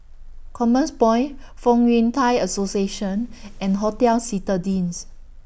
Commerce Point Fong Yun Thai Association and Hotel Citadines